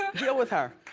deal with her.